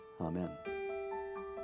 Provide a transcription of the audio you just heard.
Amen